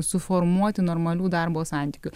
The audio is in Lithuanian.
suformuoti normalių darbo santykių